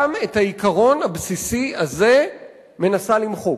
גם את העיקרון הבסיסי הזה מנסה למחוק,